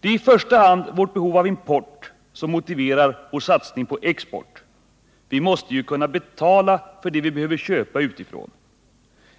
Det är i första hand vårt behov av import som motiverar vår satsning på export. Vi måste ju kunna betala för det vi behöver köpa utifrån.